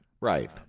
Right